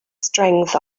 strength